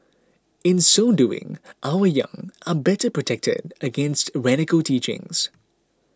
in so doing our young are better protected against radical teachings